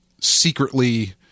secretly